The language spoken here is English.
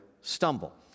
stumble